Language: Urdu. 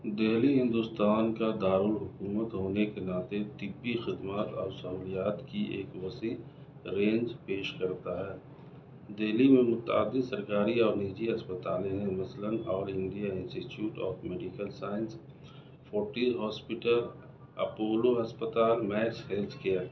دہلی ہندوستان کا دارلحکومت ہونے کے ناطے طبی خدمات اور سہولیات کی ایک وسیع رینج پیش کرتا ہے دہلی میں متعدد سرکاری اور نجی اسپتال ہیں مثلاً all India institute of medical science Fortis hospital Apollo اسپتال میکس ہیلتھ کیئر